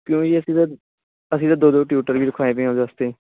ਕਿਉਂਕਿ ਅਸੀਂ ਤਾਂ ਅਸੀਂ ਤਾਂ ਦੋ ਦੋ ਟਿਊਟਰ ਵੀ ਰਖਾਏ ਵੇ ਆ ਉਹਦੇ ਵਾਸਤੇ